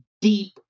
deep